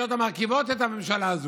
שהסיעות המרכיבות את הממשלה הזאת,